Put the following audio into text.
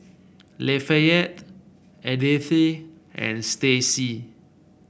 Lafayette Edythe and Stacie